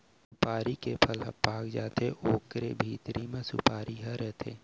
सुपारी के फर ह पाक जाथे ओकरे भीतरी म सुपारी ह रथे